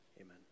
Amen